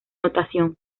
notación